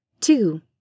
Two